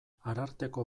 ararteko